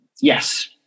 Yes